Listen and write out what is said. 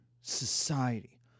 society